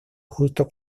justo